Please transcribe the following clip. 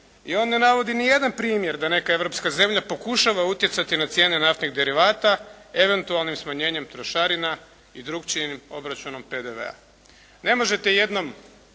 i on ne navodi nijedan primjer da neka europska zemlja pokušava utjecati na cijene naftnih derivata eventualnim smanjenjem trošarina i drukčijim obračunom PDV-a. Ne možete jednom